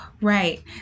Right